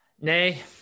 Nay